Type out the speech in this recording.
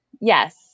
Yes